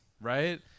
right